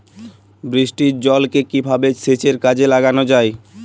বৃষ্টির জলকে কিভাবে সেচের কাজে লাগানো য়ায়?